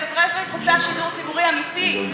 החברה הישראלית רוצה שידור ציבורי אמיתי,